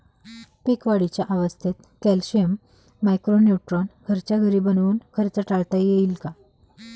पीक वाढीच्या अवस्थेत calcium, micro neutron घरच्या घरी बनवून खर्च टाळता येईल का?